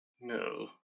no